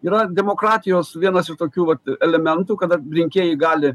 yra demokratijos vienas iš tokių vat elementų kada rinkėjai gali